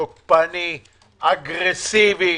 תוקפני, אגרסיבי.